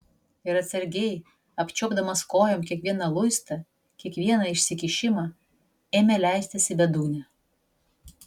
ir atsargiai apčiuopdamas kojom kiekvieną luistą kiekvieną išsikišimą ėmė leistis į bedugnę